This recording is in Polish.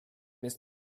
jest